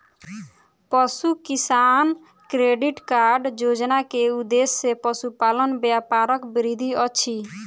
पशु किसान credit card योजना के उद्देश्य पशुपालन व्यापारक वृद्धि अछि